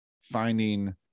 finding